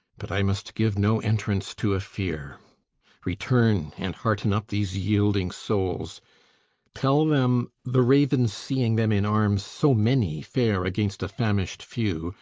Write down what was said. but i must give no entrance to a fear return, and hearten up these yielding souls tell them, the ravens, seeing them in arms, so many fair against a famished few,